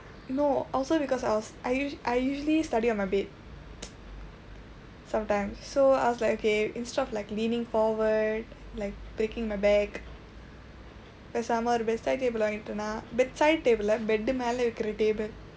no also because I was I usually I usually study on my bed sometimes so I was like okay instead of like leaning forward like breaking my back பேசாம ஒரு:peesaama oru bedside table வாங்கிட்டேனா:vaangkitdennaa bedside table-lae bed மேல வைக்கிற:meela vaikkira table